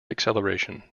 acceleration